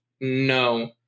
no